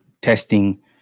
testing